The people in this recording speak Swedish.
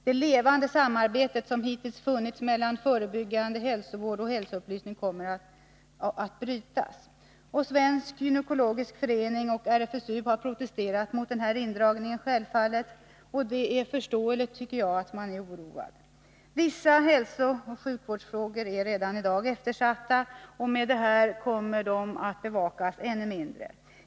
Det levande samarbete som hittills har funnits mellan förebyggande hälsovård och hälsoupplysning kommer att brytas. Svensk gynekologisk förening och RFSU har självfallet protesterat mot den här indragningen. Det är förståeligt, tycker jag, att man är oroad. Vissa hälsooch sjukvårdsfrågor är redan i dag eftersatta, och med denna förändring kommer de att bevakas ännu mindre.